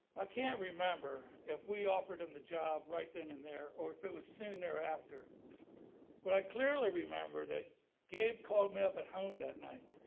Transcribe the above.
i can't remember if we offered him the job right then and there or if it was soon thereafter but i clearly remember that gabe called me up at home that night.